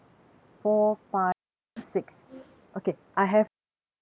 four five six six okay I have um